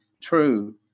true